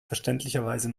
verständlicherweise